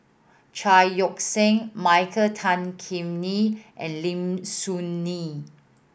Chao Yoke San Michael Tan Kim Nei and Lim Soo Ngee